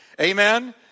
Amen